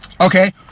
Okay